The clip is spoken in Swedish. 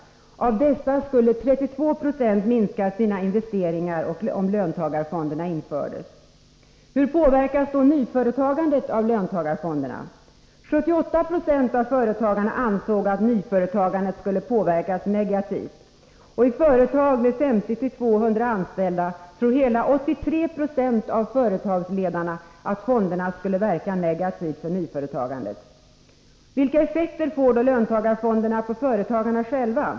Av dessa skulle 32 96 minska sina investeringar om löntagarfonderna infördes. Hur påverkas då nyföretagandet av löntagarfonder? 78 90 av företagarna ansåg att nyföretagandet skulle påverkas negativt. I företag med 50-200 anställda tror hela 83 96 av företagsledarna att fonderna skulle verka negativt för nyföretagandet. Vilka effekter får då löntagarfonderna på företagarna själva?